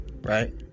right